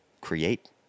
create